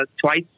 twice